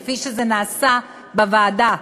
כפי שזה נעשה בוועדה,